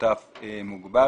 שותף מוגבל,